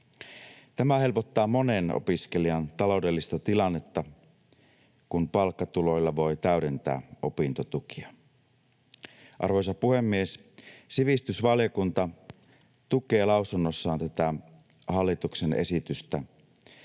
Tämä helpottaa monen opiskelijan taloudellista tilannetta, kun palkkatuloilla voi täydentää opintotukia. Arvoisa puhemies! Sivistysvaliokunta tukee lausunnossaan tätä hallituksen esitystä.